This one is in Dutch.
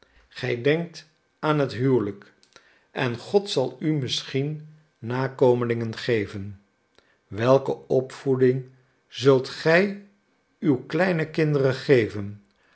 gij denkt aan het huwelijk en god zal u misschien nakomelingen geven welke opvoeding zult gij uw kleine kinderen geven